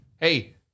hey